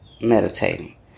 Meditating